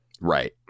Right